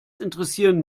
interessieren